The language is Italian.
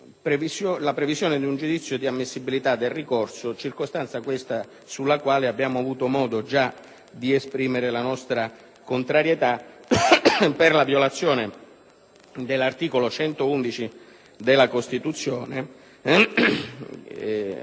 la previsione di un giudizio di ammissibilità del ricorso. Si tratta di una circostanza sulla quale abbiamo già avuto modo di esprimere la nostra contrarietà per la violazione dell'articolo 111 della Costituzione,